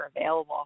available